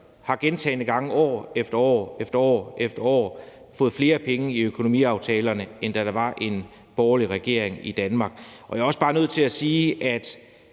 har gentagne gange, år efter år, fået flere penge i økonomiaftalerne, end da der var en borgerlig regering i Danmark. Jeg er også bare nødt til at sige, at